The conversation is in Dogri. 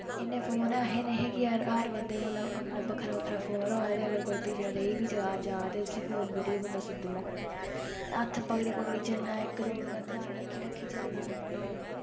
इन्ने फोन ऐ नेईं है कि हर बंदे कोल अपना बक्खरा बक्खरा फोन होऐ ते अगर कोई पिछड़ा रेही बी जाऽ ते अस फोन करियै बंदा सद्दी ओड़दे हत्थ पकड़ी पकड़ी चलना इक दुए दा ध्यान रक्खी रक्खी चलना